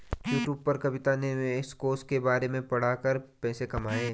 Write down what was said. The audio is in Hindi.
यूट्यूब पर कविता ने निवेश कोष के बारे में पढ़ा कर पैसे कमाए